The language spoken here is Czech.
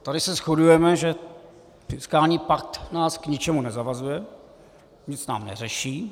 Tady se shodujeme, že fiskální pakt nás k ničemu nezavazuje, nic nám neřeší.